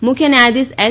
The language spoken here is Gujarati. મુખ્ય ન્યાયાધીશ એસ